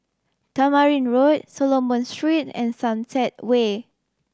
Tamarind Road Solomon Street and Sunset Way